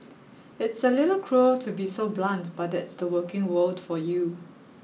it's a little cruel to be so blunt but that's the working world for you